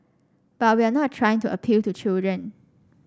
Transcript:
but we're not trying to appeal to children